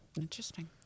Interesting